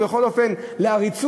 ובכל אופן לעריצות?